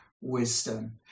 wisdom